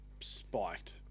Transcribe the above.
spiked